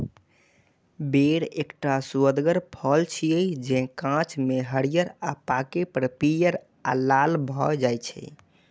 बेर एकटा सुअदगर फल छियै, जे कांच मे हरियर आ पाके पर पीयर आ लाल भए जाइ छै